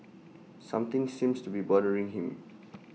something seems to be bothering him